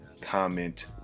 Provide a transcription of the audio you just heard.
comment